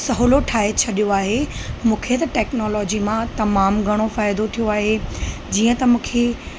सहुलो ठाहे छॾियो आहे मूंखे त टेक्नोलोजी मां तमामु घणो फ़ाइदो थियो आहे जीअं त मूंखे